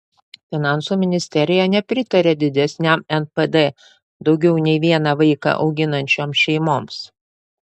finansų ministerija nepritaria didesniam npd daugiau nei vieną vaiką auginančioms šeimoms